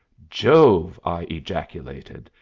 jove! i ejaculated,